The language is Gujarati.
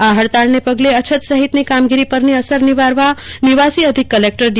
આ હડતાલને પગલે અછત સહિતની કામગીરી પરની અસર નિવારવા નિવાસી અધિક કલેકટર ડી